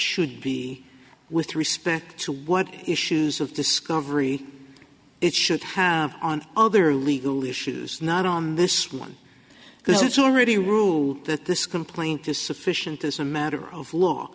should be with respect to what issues of discovery it should have on other legal issues not on this one because it's already ruled that this complaint is sufficient as a matter of law